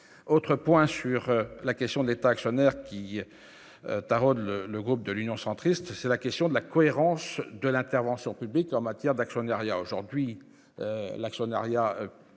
autre point sur la question de l'État actionnaire qui taraude le le groupe de l'Union centriste sur la question de la cohérence de l'intervention publique en matière d'actionnariat, aujourd'hui, l'actionnariat vers